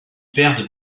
perdent